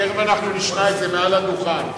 תיכף נשמע את זה מעל הדוכן.